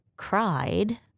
cried